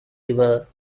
river